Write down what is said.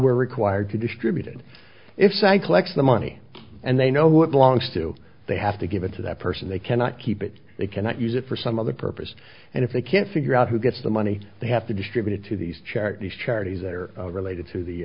we're required to distribute it if cycle x the money and they know what belongs to they have to give it to that person they cannot keep it they cannot use it for some other purpose and if they can't figure out who gets the money they have to distribute it to these charities charities that are related to the